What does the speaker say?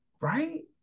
right